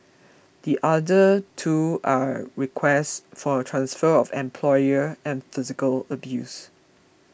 the other two are requests for transfer of employer and physical abuse